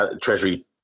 treasury